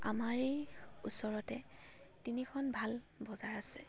আমাৰ এই ওচৰতে তিনিখন ভাল বজাৰ আছে